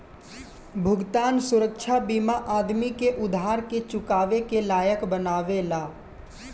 भुगतान सुरक्षा बीमा आदमी के उधार के चुकावे के लायक बनावेला